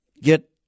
get